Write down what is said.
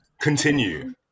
Continue